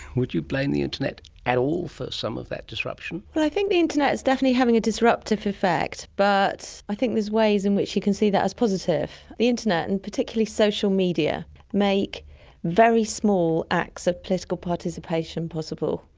would you blame the internet at all for some of that disruption? well, i think the internet is definitely having a disruptive effect, but i think there are ways in which you can see that as positive. the internet and particularly social media make very small acts of political participation possible,